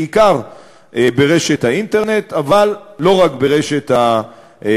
בעיקר באינטרנט אבל לא רק באינטרנט,